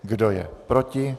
Kdo je proti?